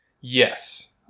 Yes